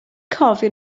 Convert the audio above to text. cofio